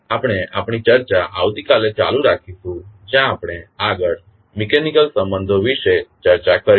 આપણે આપણી ચર્ચા આવતીકાલે ચાલુ રાખીશું જ્યાં આપણે આગળ મિકેનીકલ સંબંધો વિશે ચર્ચા કરીશું